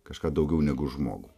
kažką daugiau negu žmogų